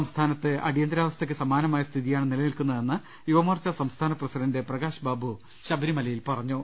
സംസ്ഥാനത്ത് അടിയന്തരാവസ്ഥയ്ക്കു സമാ നമായ സ്ഥിതിയാണ് നിലനിൽക്കുന്നതെന്ന് യുവമോർച്ച സംസ്ഥാന പ്രസിഡണ്ട് പ്രകാശ് ബാബു ശബരിമലയിൽ പറഞ്ഞു